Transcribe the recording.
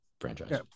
franchise